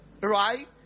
Right